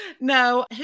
no